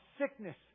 sickness